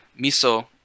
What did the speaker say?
miso